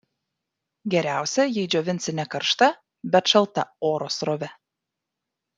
geriausia jei džiovinsi ne karšta bet šalta oro srove